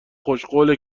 خوشقوله